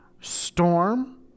Storm